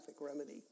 remedy